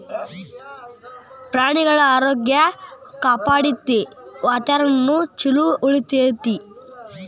ಪ್ರಾಣಿಗಳ ಆರೋಗ್ಯ ಕಾಪಾಡತತಿ, ವಾತಾವರಣಾ ಚುಲೊ ಉಳಿತೆತಿ